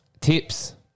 Tips